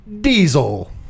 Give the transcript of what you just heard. Diesel